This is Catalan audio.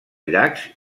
llacs